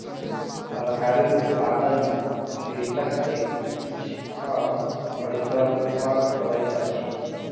तरकारी उत्पादन में कृषक के किछ कम परिश्रम कर पड़ैत अछि